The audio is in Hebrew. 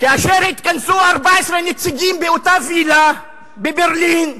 כאשר התכנסו 14 נציגים באותה וילה בברלין,